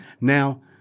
now